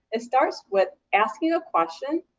it starts with asking a question,